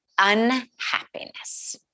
unhappiness